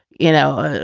you know,